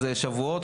שבועות?